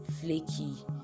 flaky